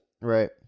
right